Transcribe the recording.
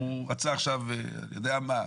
הוא רצה עכשיו אני יודע מה?